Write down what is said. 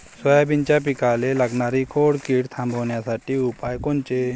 सोयाबीनच्या पिकाले लागनारी खोड किड थांबवासाठी उपाय कोनचे?